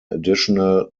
additional